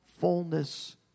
fullness